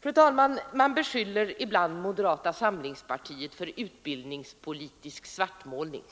Fru talman, man beskyller ibland moderata samlingspartiet för utbildningspolitisk svartmålning.